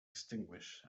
extinguished